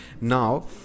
now